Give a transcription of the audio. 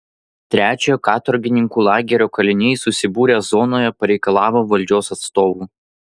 trečiojo katorgininkų lagerio kaliniai susibūrę zonoje pareikalavo valdžios atstovų